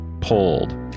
pulled